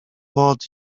pod